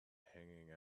hanging